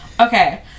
Okay